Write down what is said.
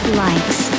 likes